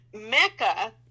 Mecca